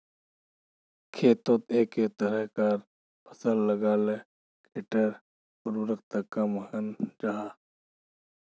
खेतोत एके तरह्कार फसल लगाले खेटर उर्वरता कम हन जाहा